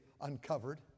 uncovered